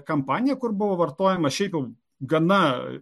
kampaniją kur buvo vartojama šiaip jau gana